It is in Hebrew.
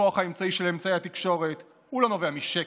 הכוח העיקרי של אמצעי התקשורת לא נובע משקר,